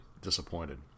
disappointed